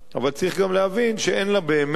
אבל צריך גם להבין שאין לה משמעויות